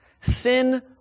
Sin